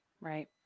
right